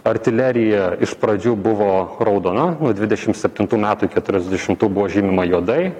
artilerija iš pradžių buvo raudona nuo dvidešim septintų metų iki keturiasdešimtų buvo žymima juodai